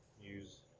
use